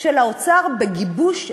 של האוצר בגיבוש התוכנית,